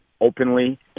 openly